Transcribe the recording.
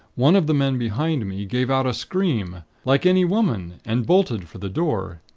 one of the men behind me, gave out a scream, like any woman, and bolted for the door.